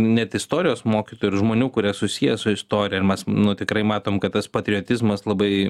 net istorijos mokytojų ir žmonių kurie susiję su istorija ir mes nu tikrai matom kad tas patriotizmas labai